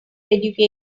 education